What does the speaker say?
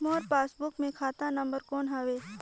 मोर passbook मे खाता number कोन हर हवे?